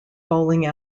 bowling